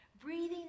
breathing